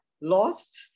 lost